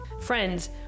friends